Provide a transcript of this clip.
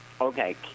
Okay